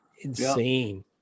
Insane